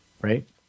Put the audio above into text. right